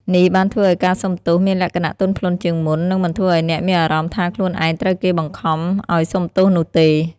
នេះបានធ្វើឱ្យការសុំទោសមានលក្ខណៈទន់ភ្លន់ជាងមុននិងមិនធ្វើឱ្យអ្នកមានអារម្មណ៍ថាខ្លួនឯងត្រូវគេបង្ខំឲ្យសុំទោសនោះទេ។